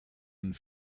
and